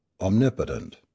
omnipotent